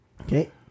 Okay